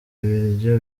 ibiryo